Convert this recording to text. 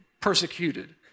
persecuted